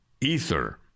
ether